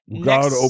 God